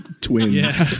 twins